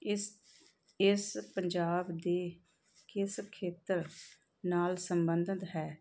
ਇਸ ਇਸ ਪੰਜਾਬ ਦੇ ਕਿਸ ਖੇਤਰ ਨਾਲ ਸੰਬੰਧਤ ਹੈ